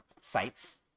sites